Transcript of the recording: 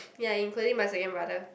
ya including my second brother